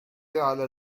على